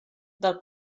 del